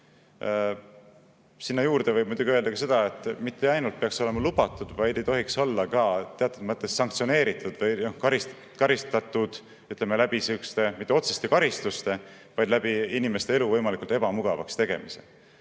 Sinna juurde võib muidugi öelda ka seda, et mitte ainult peaks olema lubatud, vaid ei tohiks olla ka teatud mõttes sanktsioneeritud või karistatud, ütleme, mitte otseste karistuste, vaid läbi inimeste elu võimalikult ebamugavaks tegemise